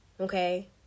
Okay